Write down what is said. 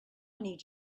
need